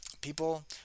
people